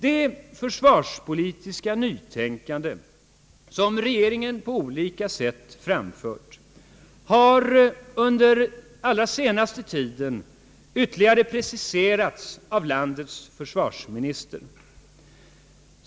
Det försvarspolitiska nytänkande som regeringen på olika sätt framfört har under allra senaste tiden ytterligare preciserats av landets försvarsminister.